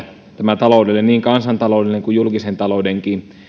tämä talouden niin kansantalouden kuin julkisen talouden